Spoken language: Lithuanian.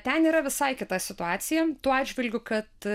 ten yra visai kita situacija tuo atžvilgiu kad